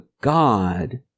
God